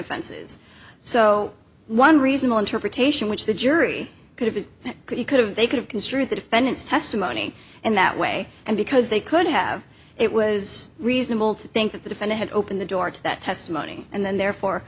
offenses so one reasonable interpretation which the jury could have it could you could have they could have construed the defendant's testimony in that way and because they could have it was reasonable to think that the defendant had opened the door to that testimony and then therefore